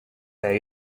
their